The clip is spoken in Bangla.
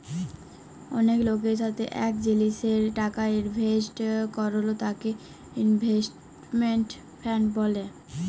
অলেক লকের সাথে এক জিলিসে টাকা ইলভেস্ট করল তাকে ইনভেস্টমেন্ট ফান্ড ব্যলে